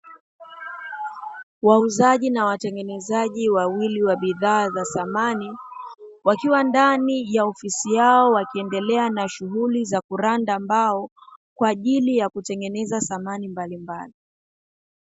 Wauzaji na watengenezaji wawili wa bidhaa za samani wakiwa ndani ya ofisi yao wakiendelea na shughuli za kuranda mbao, kwa ajili ya kutengeneza samani mbalimbali.